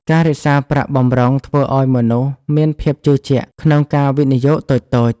ការរក្សាប្រាក់បម្រុងធ្វើឱ្យមនុស្សមានភាពជឿជាក់ក្នុងការវិនិយោគតូចៗ។